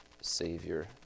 Savior